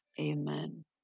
Amen